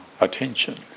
attention